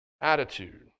attitude